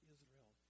Israel